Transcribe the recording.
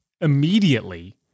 immediately